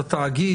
אז התאגיד,